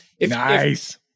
Nice